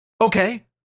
Okay